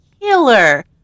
killer